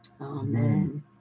Amen